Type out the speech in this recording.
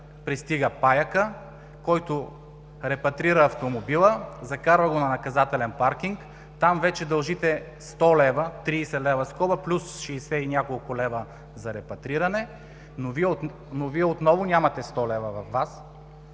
пристига паякът, който репатрира автомобила, закарва го на наказателен паркинг. Там вече дължите 100 лв. – 30 лв. скоба плюс шестдесет и няколко лева за репатриране. Но Вие отново нямате 100 лв. във